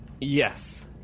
Yes